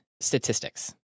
statistics